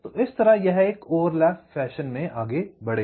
तो इस तरह यह एक ओवरलैप फैशन में आगे बढ़ेगा